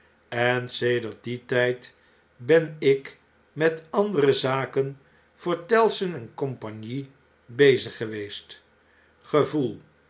en sedert dien tijd ben ik met andere zaken voor tellson en compagnie bezig geweest